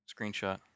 screenshot